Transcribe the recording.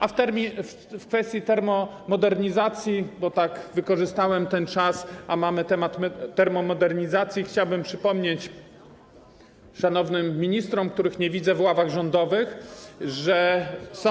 A w kwestii termomodernizacji, bo tak wykorzystałem ten czas, a mamy temat termomodernizacji, chciałbym przypomnieć szanownym ministrom, których nie widzę w ławach rządowych, że... Są, są.